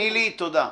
נילי, תודה.